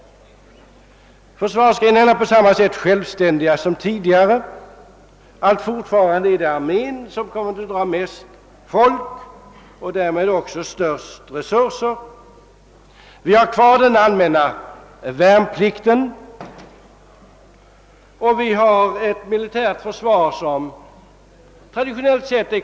Dessa är självständiga på samma sätt som tidigare. Allt fortfarande är det armén som drar mest folk och därmed också kräver de största resurserna. Vi har kvar den allmänna värnplikten. Vi har ett mycket effektivt militärt försvar i traditionell mening.